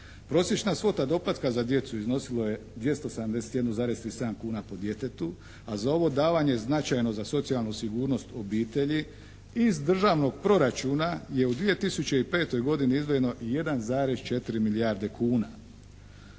Prosječna svota doplatka za djecu iznosilo je 271,37 kuna po djetetu a za ovo davanje značajno za socijalnu sigurnost obitelji iz Državnog proračuna je u 2005. godini izdvojeno 1,4 milijarde kuna.